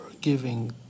giving